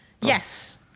Yes